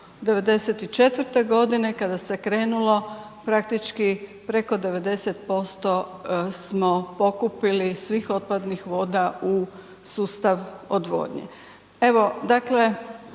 '94. g. kada se krenulo, praktički preko 90% smo pokupili svih otpadnih voda u sustav odvodnje. Evo dakle